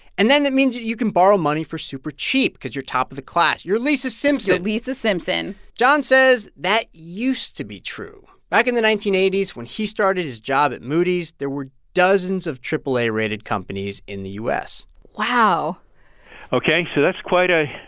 and then that means that you can borrow money for super cheap because you're top of the class. you're lisa simpson you're lisa simpson john says that used to be true. back in the nineteen eighty s, when he started his job at moody's, there were dozens of triple-a-rated companies in the u s wow ok, so that's quite a.